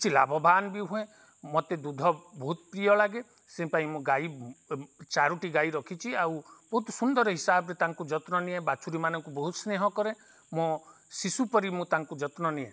କିଛି ଲାଭବାନ ବି ହୁଏ ମତେ ଦୁଧ ବହୁତ ପ୍ରିୟ ଲାଗେ ସେପାଇଁ ମୁଁ ଗାଈ ଚାରୋଟି ଗାଈ ରଖିଛି ଆଉ ବହୁତ ସୁନ୍ଦର ହିସାବରେ ତାଙ୍କୁ ଯତ୍ନ ନିଏ ବାଛୁରୀମାନଙ୍କୁ ବହୁତ ସ୍ନେହ କରେ ମୋ ଶିଶୁ ପରି ମୁଁ ତାଙ୍କୁ ଯତ୍ନ ନିଏ